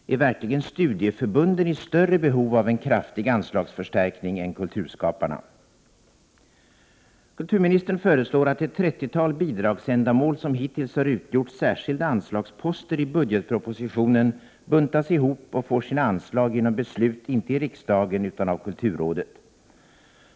Är verkligen studieförbunden i större behov av en kraftig anslagsförstärkning än kulturskaparna? Kulturministern föreslår att ett trettiotal bidragsändamål som hittills har utgjort särskilda anslagsposter i budgetpropositionen buntas ihop och får sina anslag genom beslut inte i riksdagen utan av kulturrådet.